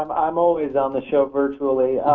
um i'm always on the show virtually.